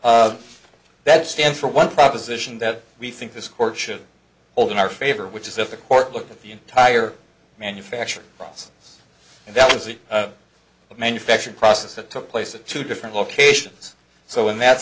trades that stand for one proposition that we think this court should hold in our favor which is if the court looked at the entire manufacturing process and that was the manufacturing process that took place in two different locations so in that